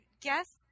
guess